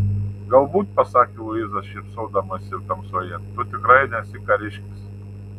galbūt pasakė luiza šypsodamasi tamsoje tu tikrai nesi kariškis